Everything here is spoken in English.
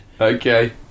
okay